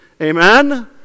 Amen